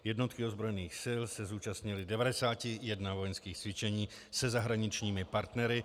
Jednotky ozbrojených sil se zúčastnily 91 vojenského cvičení se zahraničními partnery.